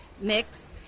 mix